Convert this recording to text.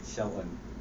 shy [one]